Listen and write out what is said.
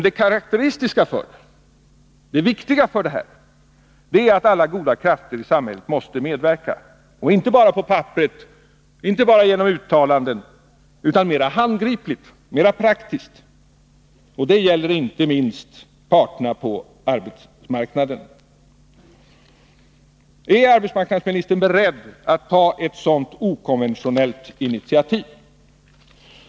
Det karakteristiska och viktiga är att alla goda krafter i samhället måste medverka, inte bara på papperet, inte bara genom uttalanden, utan mera handgripligt och praktiskt. Det gäller inte minst parterna på arbetsmarknaden. Är arbetsmarknadsministern beredd att ta ett sådant okonventionellt initiativ?